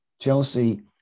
Chelsea